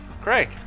Craig